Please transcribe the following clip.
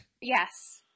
Yes